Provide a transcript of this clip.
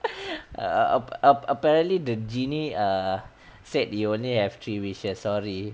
uh ap~ ap~ apparently the genie err said you only have three wishes sorry